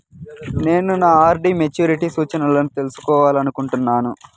నేను నా RD maturity సూచనలను తెలుసుకోవాలనుకుంటున్నాను